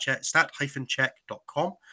stat-check.com